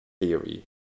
theory